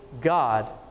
God